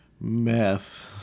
Meth